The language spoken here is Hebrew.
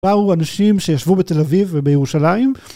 באו אנשים שישבו בתל אביב ובירושלים.